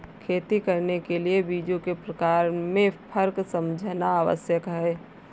खेती करने के लिए बीजों के प्रकार में फर्क समझना आवश्यक है